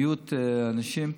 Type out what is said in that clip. מיעוט אנשים.